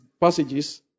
passages